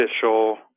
official